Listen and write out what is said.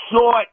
short